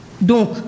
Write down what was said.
Donc